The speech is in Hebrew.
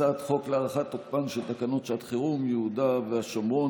הצעת חוק להארכת תוקפן של תקנות שעת חירום (יהודה והשומרון,